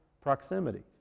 proximity